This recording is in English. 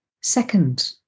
second